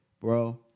bro